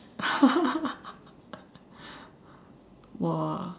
!wah!